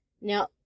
now